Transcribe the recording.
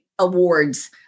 Awards